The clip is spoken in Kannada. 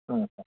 ಹ್ಞೂಂ ಸರ್